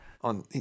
On